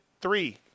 three